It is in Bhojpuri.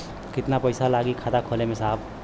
कितना पइसा लागि खाता खोले में साहब?